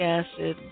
acid